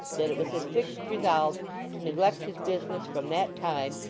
that it was his fixed resolve to neglect his business from that time,